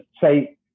say